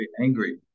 angry